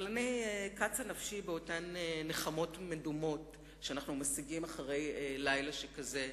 אבל קצה נפשי באותן נחמות מדומות שאנחנו משיגים אחרי לילה שכזה,